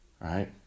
Right